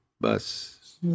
bus